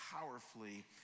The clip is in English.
powerfully